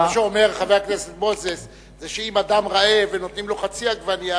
מה שחבר הכנסת מוזס אומר הוא שאם אדם רעב ונותנים לו חצי עגבנייה,